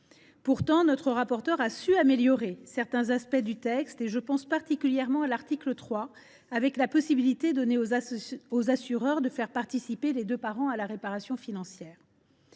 Pourtant, notre rapporteur a su améliorer certains aspects du texte : je pense particulièrement à l’article 3, qui donne aux assureurs la possibilité de faire participer les deux parents à la réparation financière